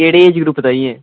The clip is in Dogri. केह्ड़ी एज़ ग्रूप ताहीं ऐ